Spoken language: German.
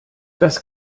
das